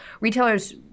retailers